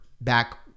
back